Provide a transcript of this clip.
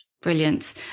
Brilliant